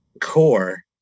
core